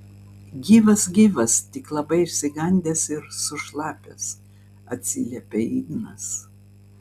gyvas gyvas tik labai išsigandęs ir sušlapęs atsiliepia ignas